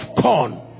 corn